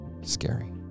scary